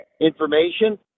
information